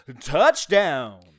Touchdown